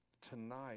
tonight